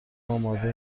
آماده